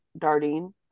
dardine